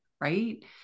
Right